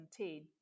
2017